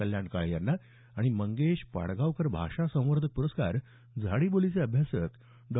कल्याण काळे यांना आणि मंगेश पाडगांवकर भाषासंवर्धक प्रस्कार झाडीबोलीचे अभ्यासक डॉ